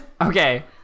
Okay